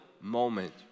moment